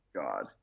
God